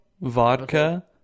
vodka